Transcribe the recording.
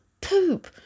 poop